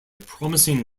promising